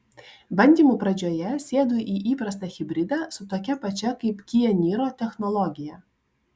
bandymų pradžioje sėdu į įprastą hibridą su tokia pačia kaip kia niro technologija